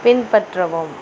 பின்பற்றவும்